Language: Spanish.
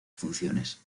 funciones